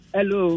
Hello